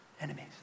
enemies